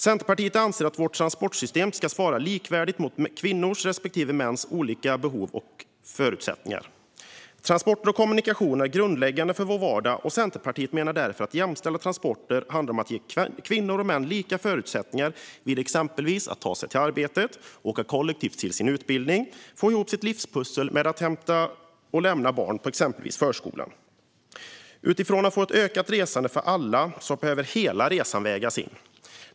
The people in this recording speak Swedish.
Centerpartiet anser att vårt transportsystem ska svara likvärdigt mot kvinnors respektive mäns olika behov och förutsättningar. Transporter och kommunikationer är grundläggande för vår vardag, och Centerpartiet menar därför att jämställda transporter handlar om att ge kvinnor och män lika förutsättningar när det gäller exempelvis att ta sig till arbetet, åka kollektivt till sin utbildning och att få ihop sitt livspussel med hämtning och lämning av barn på exempelvis förskolan. För att få ett ökat resande för alla behöver hela resan vägas in.